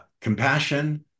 compassion